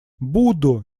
буду